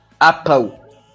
apple